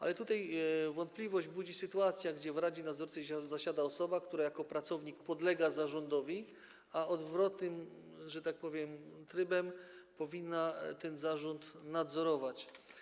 Ale tutaj wątpliwość budzi sytuacja, gdy w radzie nadzorczej zasiada osoba, która jako pracownik podlega zarządowi, a w odwrotnym, że tak powiem, trybie powinna ten zarząd nadzorować.